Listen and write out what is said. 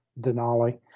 Denali